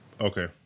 Okay